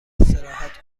استراحت